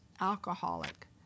alcoholic